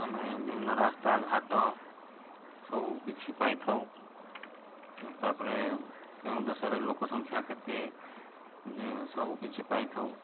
ଆମେ ବିଭିନ୍ନ ରାସ୍ତାଘାଟ ସବୁକିଛି ପାଇଥାଉ ତା'ପରେ କେଉଁ ଦେଶରେ ଲୋକ ସଂଖ୍ୟା କେତେ ସବୁକିଛି ପାଇଥାଉ